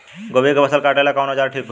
गोभी के फसल काटेला कवन औजार ठीक होई?